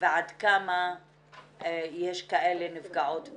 ועד כמה יש כאלה נפגעות ביניהן.